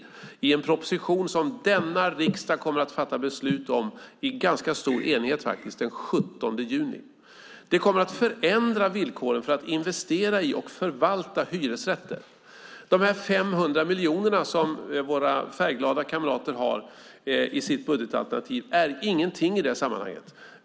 Det sker i en proposition som denna riksdag kommer att fatta beslut om i ganska stor enighet den 17 juni. Det kommer att förändra villkoren för att investera i och förvalta hyresrätter. De 500 miljonerna som våra färgglada kamrater har i sitt budgetalternativ är ingenting i det sammanhanget.